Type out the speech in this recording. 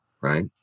right